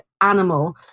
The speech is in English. animal